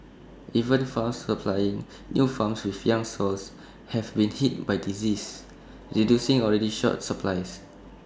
even farms supplying new farms with young sows have been hit by disease reducing already short supplies